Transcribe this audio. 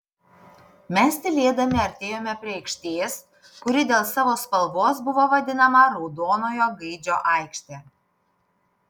mes tylėdami artėjome prie aikštės kuri dėl savo spalvos buvo vadinama raudonojo gaidžio aikšte